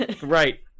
Right